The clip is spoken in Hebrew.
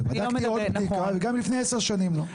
בדקתי עוד בדיקה וגם לפני 10 שנים לא.